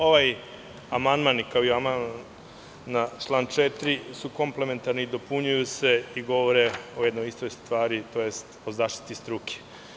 Ovaj amandman kao i amandmani na član 4. su komplementarni i dopunjuju se, govore o jednoj istoj stvari, tj. o zaštiti struke.